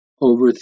over